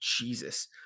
Jesus –